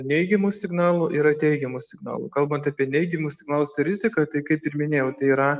neigiamų signalų yra teigiamų signalų kalbant apie neigiamus signalus ir riziką tai kaip ir minėjau tai yra